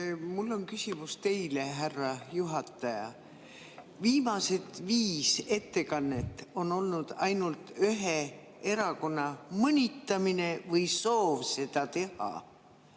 Mul on küsimus teile, härra juhataja. Viimased viis ettekannet on olnud ainult ühe erakonna mõnitamine või soov seda teha,